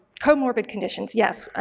comorbid conditions, yes,